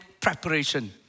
preparation